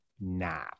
now